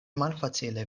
malfacile